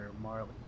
Marley